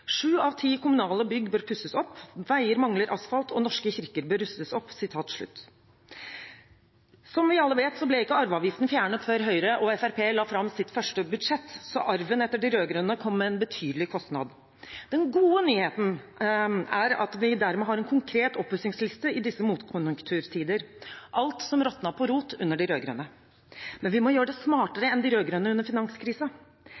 Sju av ti kommunale bygg bør pusses opp, veier mangler asfalt, og norske kirker bør rustes opp.» Som vi alle vet, ble ikke arveavgiften fjernet før Høyre og Fremskrittspartiet la fram sitt første budsjett, så arven etter de rød-grønne kom med en betydelig kostnad. Den gode nyheten er at vi dermed har en konkret oppussingsliste i disse motkonjunkturtider: alt som råtnet på rot under de rød-grønne. Men vi må gjøre det smartere enn de rød-grønne gjorde under